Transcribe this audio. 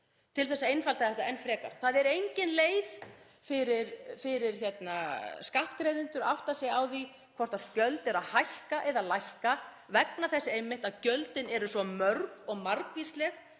til að einfalda þetta enn frekar. Það er engin leið fyrir skattgreiðendur að átta sig á því hvort gjöld er að hækka eða lækka vegna þess einmitt að gjöldin eru svo mörg og margvísleg